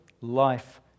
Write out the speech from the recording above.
life